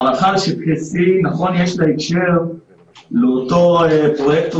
למאחז שטחי C נכון שיש הקשר לאותו פרויקטור